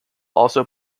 also